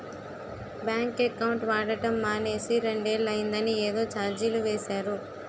bank account వాడడం మానేసి రెండేళ్ళు అయిందని ఏదో చార్జీలు వేసేరు